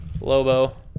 Lobo